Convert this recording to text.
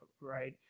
right